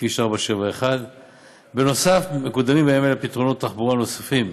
וכביש 471. נוסף על כך מקודמים בימים אלה פתרונות תחבורה בסביבת